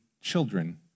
children